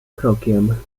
krokiem